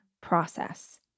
process